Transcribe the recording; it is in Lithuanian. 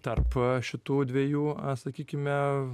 tarp šitų dviejų sakykime